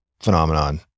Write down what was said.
phenomenon